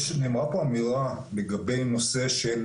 נאמרה פה אמירה לגבי נושא של